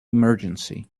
emergency